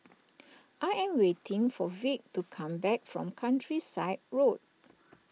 I am waiting for Vic to come back from Countryside Road